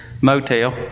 motel